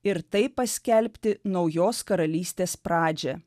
ir taip paskelbti naujos karalystės pradžią